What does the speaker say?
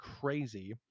crazy